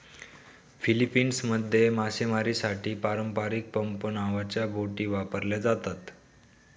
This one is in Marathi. फिलीपिन्समध्ये मासेमारीसाठी पारंपारिक पंप नावाच्या बोटी वापरल्या जातात